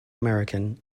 american